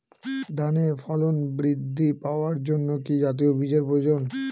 ধানে ফলন বৃদ্ধি পাওয়ার জন্য কি জাতীয় বীজের প্রয়োজন?